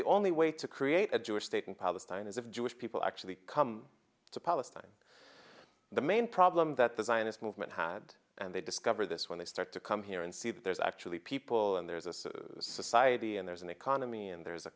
the only way to create a jewish state in palestine is of jewish people actually come to palestine the main problem that the zionist movement had and they discover this when they start to come here and see that there's actually people and there is a society and there's an economy and there's a